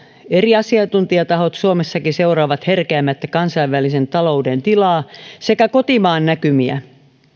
eri asiantuntijatahot suomessakin seuraavat herkeämättä kansainvälisen talouden tilaa sekä kotimaan näkymiä